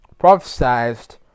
prophesized